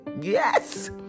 Yes